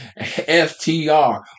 FTR